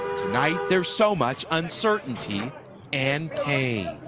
tonight, there's so much uncertainty and pain.